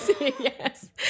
yes